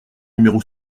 numéro